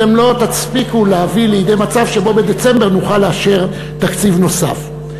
אתם לא תספיקו להביא לידי מצב שבו בדצמבר נוכל לאשר תקציב נוסף.